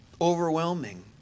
overwhelming